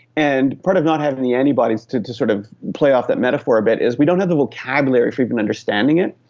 and part of not having the antibodies, to to sort of play off that metaphor a bit, is we don't have the vocabulary for even understanding it.